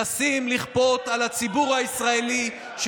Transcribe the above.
שבו מנסים לכפות על הציבור הישראלי,